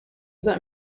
that